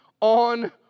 on